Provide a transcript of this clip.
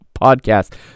podcast